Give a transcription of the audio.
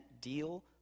deal